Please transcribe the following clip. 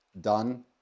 done